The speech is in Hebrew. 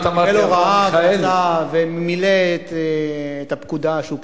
קיבל הוראה ומילא את הפקודה שהוא קיבל.